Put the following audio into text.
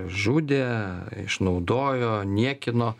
žudė išnaudojo niekino